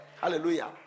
Hallelujah